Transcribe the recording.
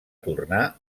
tornar